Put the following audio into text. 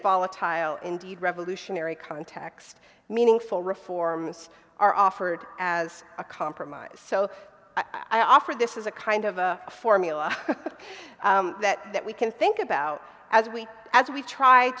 volatile indeed revolutionary context meaningful reforms are offered as a compromise so i offer this as a kind of a formula that that we can think about as we as we try